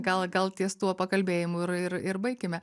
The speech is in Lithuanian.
gal gal ties tuo pakalbėjimu ir ir ir baikime